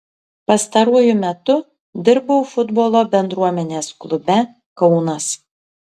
pastaruoju metu dirbau futbolo bendruomenės klube kaunas